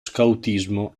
scautismo